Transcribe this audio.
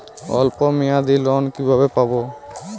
অল্প মেয়াদি লোন কিভাবে পাব?